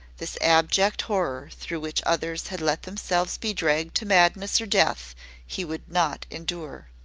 this abject horror through which others had let themselves be dragged to madness or death he would not endure.